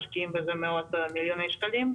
משקיעים בזה מאות מיליוני שקלים.